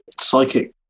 psychic